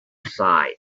site